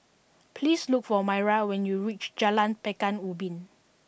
please look for Maira when you reach Jalan Pekan Ubin